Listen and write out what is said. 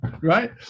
right